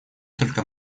только